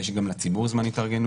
יש גם לציבור זמן התארגנות.